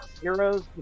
Heroes